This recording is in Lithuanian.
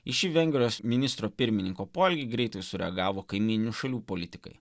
į šį vengrijos ministro pirmininko poelgį greitai sureagavo kaimyninių šalių politikai